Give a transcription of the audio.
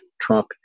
Trump